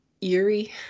eerie